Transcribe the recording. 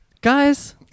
Guys